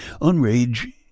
Unrage